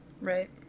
Right